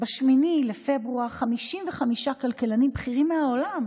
ב-8 בפברואר 55 כלכלנים בכירים מהעולם,